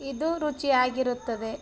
ಇದು ರುಚಿಯಾಗಿರುತ್ತದೆ